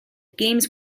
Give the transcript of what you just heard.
games